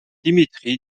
dimitri